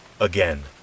again